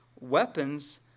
Weapons